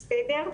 בסדר?